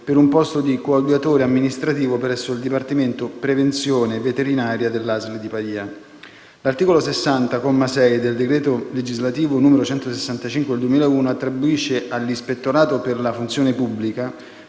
per un posto di coadiutore amministrativo presso il Dipartimento prevenzione veterinaria della ASL di Pavia. L'articolo 60, comma 6, del decreto legislativo 30 marzo 2001, n. 165, attribuisce all'Ispettorato per la funzione pubblica